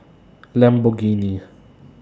Lamborghini